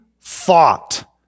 thought